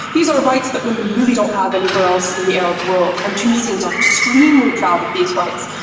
these are rights that women really don't have anywhere else in the arab world, and tunisians are extremely proud of these rights.